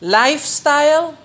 lifestyle